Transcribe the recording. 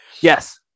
Yes